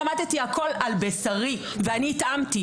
למדתי הכול על בשרי ואני התאמתי.